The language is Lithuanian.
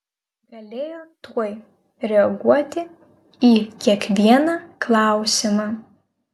galėjo tuoj reaguoti į kiekvieną klausimą